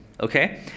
okay